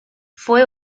fue